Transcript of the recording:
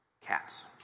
cats